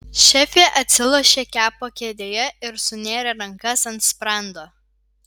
šefė atsilošė kepo kėdėje ir sunėrė rankas ant sprando